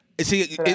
See